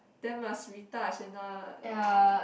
then must retouch and uh